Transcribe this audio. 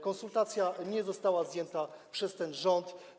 Konsultacja nie została zdjęta przez ten rząd.